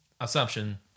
assumption